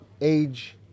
age